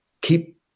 keep